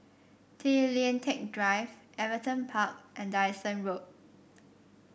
Tay Lian Teck Drive Everton Park and Dyson Road